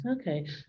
okay